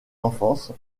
enfance